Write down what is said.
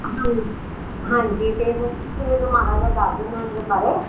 ਹਾਂ ਹਾਂਜੀ ਤਾਂ ਹੁਣ ਤੁਸੀਂ ਮੈਨੂੰ ਮਾੜਾ ਜਿਹਾ ਦੱਸ ਦੇਣਾ ਇਹਦੇ ਬਾਰੇ